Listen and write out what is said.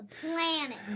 planet